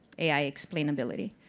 ai explainability.